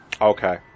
Okay